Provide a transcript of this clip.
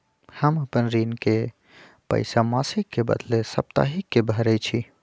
हम अपन ऋण के पइसा मासिक के बदले साप्ताहिके भरई छी